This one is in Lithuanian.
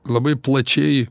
labai plačiai